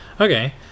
Okay